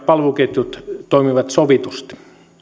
palveluketjut toimivat sovitusti